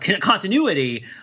continuity